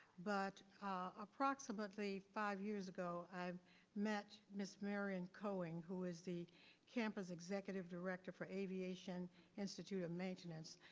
but approximately five years ago i've met miss marion coeing, who is the campus executive director for aviation institute of maintenance.